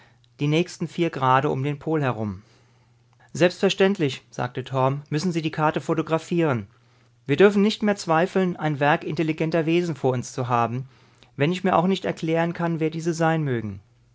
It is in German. die nächsten vier grade um den pol herum selbstverständlich sagte torm müssen sie die karte photographieren wir dürfen nicht mehr zweifeln ein werk intelligenter wesen vor uns zu haben wenn ich mir auch nicht erklären kann wer diese sein mögen